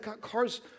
cars